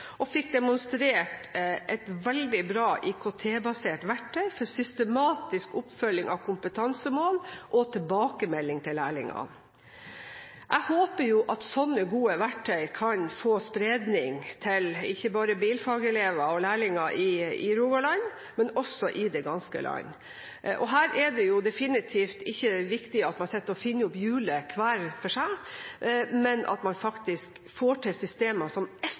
og fikk demonstrert et veldig bra IKT-basert verktøy for systematisk oppfølging av kompetansemål og tilbakemelding til lærlingene. Jeg håper at sånne gode verktøy kan få spredning til bilfagelever og lærlinger ikke bare i Rogaland, men også i det ganske land. Her er det definitivt ikke viktig at man sitter og finner opp hjulet hver for seg, men at man faktisk får til systemer som